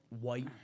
white